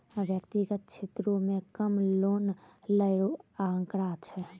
व्यक्तिगत क्षेत्रो म कम लोन लै रो आंकड़ा छै